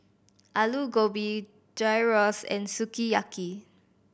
Alu Gobi Gyros and Sukiyaki